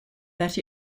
that